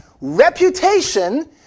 reputation